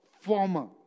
former